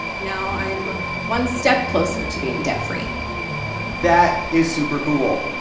now i'm one step closer to being debt-free that is super cool,